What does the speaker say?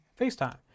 FaceTime